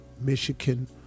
Michigan